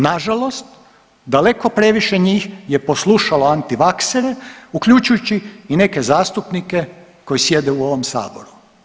Nažalost, daleko previše njih je poslušalo antivaksere uključujući i neke zastupnike koji sjede u ovom saboru.